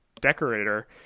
decorator